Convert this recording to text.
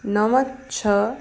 नव छह